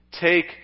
Take